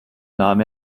nahm